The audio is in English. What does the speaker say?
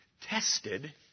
tested